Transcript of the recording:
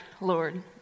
Lord